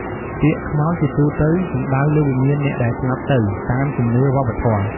ពាក្យ "ខ្មោច" ជាទូទៅសំដៅលើវិញ្ញាណអ្នកដែលស្លាប់ទៅ តាមជំនឿវប្បធម៍។